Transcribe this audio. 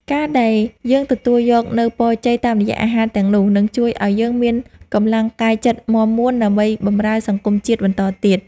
ការដែលយើងទទួលយកនូវពរជ័យតាមរយៈអាហារទាំងនោះ នឹងជួយឱ្យយើងមានកម្លាំងកាយចិត្តមាំមួនដើម្បីបម្រើសង្គមជាតិបន្តទៀត។